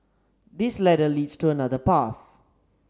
this ladder leads to another path